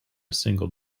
single